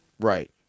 Right